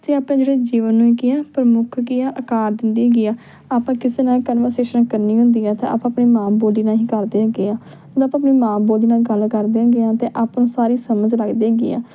ਅਤੇ ਆਪਾਂ ਜਿਹੜੇ ਜੀਵਨ ਨੂੰ ਕੀ ਆ ਪ੍ਰਮੁੱਖ ਕੀ ਆ ਆਕਾਰ ਦਿੰਦੇ ਹੈਗੇ ਹਾਂ ਆਪਾਂ ਕਿਸੇ ਨਾਲ ਕੰਨਵਰਸੇਸ਼ਨ ਕਰਨੀ ਹੁੰਦੀ ਆ ਤਾਂ ਆਪਾਂ ਆਪਣੀ ਮਾਂ ਬੋਲੀ ਨਾਲ ਹੀ ਕਰਦੇ ਹੈਗੇ ਹਾਂ ਜਦੋਂ ਆਪਾਂ ਆਪਣੀ ਮਾਂ ਬੋਲੀ ਨਾਲ ਗੱਲ ਕਰਦੇ ਹੈਗੇ ਹਾਂ ਤਾਂ ਆਪਾਂ ਨੂੰ ਸਾਰੀ ਸਮਝ ਲੱਗਦੀ ਹੈਗੀ ਆ